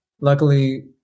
luckily